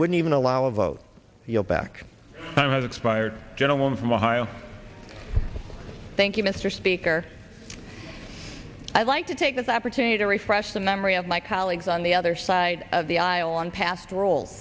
wouldn't even allow a vote you know back i'm not expired gentleman from ohio thank you mr speaker i'd like to take this opportunity to refresh the memory of my colleagues on the other side of the aisle on past role